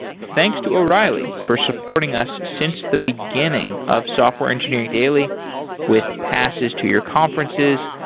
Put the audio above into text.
thanks to o'reilly for supporting us since the beginning of software engineering daily with passes to your conferences,